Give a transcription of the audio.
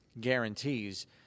guarantees